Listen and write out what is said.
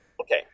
Okay